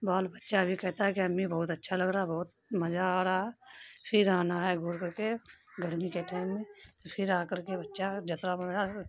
بال بچہ بھی کہتا ہے کہ امی بہت اچھا لگ رہا بہت مزہ آ رہا پھر آنا ہے گھر کر کے گرمی کے ٹائم میں پھر آ کر کے بچہ